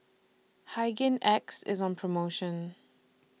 Hygin X IS on promotion